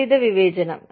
വിപരീത വിവേചനം